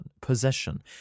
possession